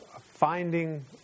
finding